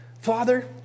Father